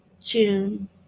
june